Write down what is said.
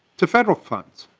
to federal funds.